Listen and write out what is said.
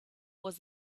was